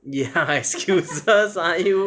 ya excuses ah you